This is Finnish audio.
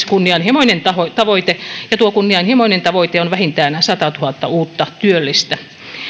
kunnianhimoinen tavoite ja tuo kunnianhimoinen tavoite on vähintään satatuhatta uutta työllistä